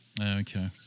Okay